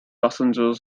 passenger